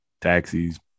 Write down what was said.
taxis